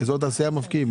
אזור התעשייה מבקיעים.